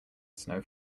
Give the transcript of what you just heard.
snow